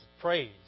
praise